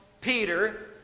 Peter